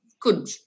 good